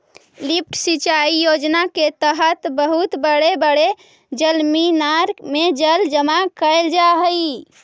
lift सिंचाई योजना के तहत बहुत बड़े बड़े जलमीनार में जल जमा कैल जा हई